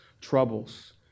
troubles